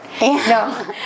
No